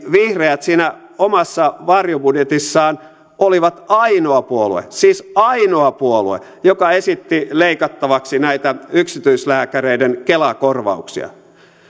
vihreät siinä omassa varjobudjetissaan olivat ainoa puolue siis ainoa puolue joka esitti leikattavaksi näitä yksityislääkäreiden kela korvauksia